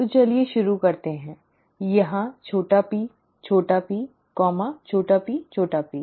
तो चलिए शुरू करते हैं यहाँ छोटा p छोटा p छोटा p छोटा p